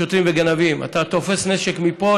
שוטרים וגנבים: אתה תופס נשק מפה,